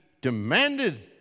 demanded